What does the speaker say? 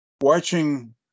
watching